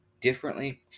differently